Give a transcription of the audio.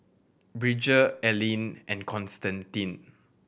Bridger Ellyn and Constantine